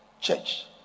church